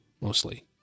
mostly